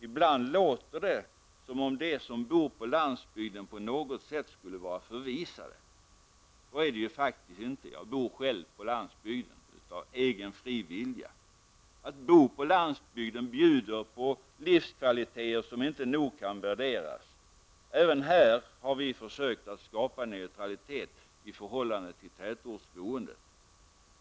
Ibland låter det som om de som bor på landsbygden på något sätt skulle vara förvisade. Så är det ju faktiskt inte. Jag bor själv på landsbygden, av egen fri vilja. Att bo på landsbygden bjuder på livskvaliteter som inte nog kan värderas. Även här har vi försökt att skapa neutralitet, i förhållande till tätortsboende.